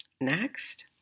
Next